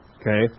okay